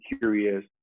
curious